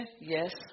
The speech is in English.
yes